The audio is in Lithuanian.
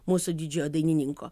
mūsų didžiojo dainininko